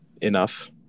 enough